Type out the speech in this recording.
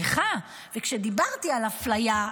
כשדיברתי על אפליה,